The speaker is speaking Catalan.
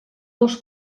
dels